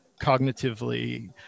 cognitively